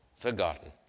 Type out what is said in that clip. Forgotten